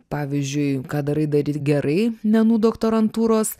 pavyzdžiui ką darai daryk gerai ne nu doktorantūros